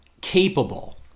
capable